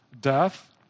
death